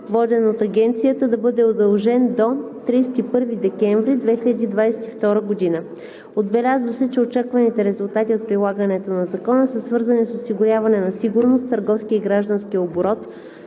по вписванията, да бъде удължен до 31 декември 2022 г. Отбеляза се, че очакваните резултати от прилагането на Закона са свързани с осигуряване на сигурност в търговския и гражданския оборот